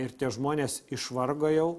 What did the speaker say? ir tie žmonės išvargo jau